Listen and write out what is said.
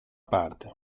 parte